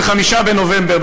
ב-24 בנובמבר,